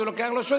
אז הוא לוקח לו.